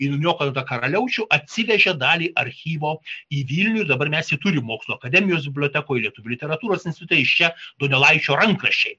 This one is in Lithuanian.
į nuniokotą karaliaučių atsivežė dalį archyvo į vilnių dabar mes jį turi mokslų akademijos bibliotekoj lietuvių literatūros institute ir čia donelaičio rankraščiai